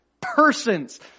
persons